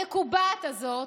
המקובעת הזאת,